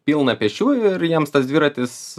pilna pėsčiųjų ir jiems tas dviratis